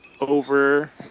over